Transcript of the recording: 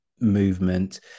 movement